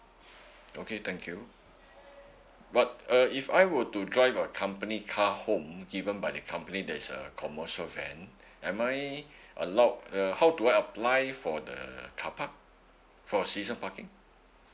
okay thank you but uh if I were to drive a company car home given by the company that's a commercial van am I allowed uh how do I apply for the carpark for season parking